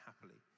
happily